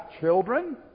children